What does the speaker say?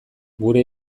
gure